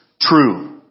true